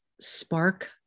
spark